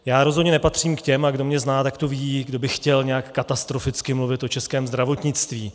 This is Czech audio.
Já rozhodně nepatřím k těm, a kdo mě zná, to ví, kdo by chtěl nějak katastroficky mluvit o českém zdravotnictví.